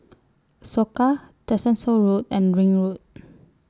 Soka Tessensohn Road and Ring Road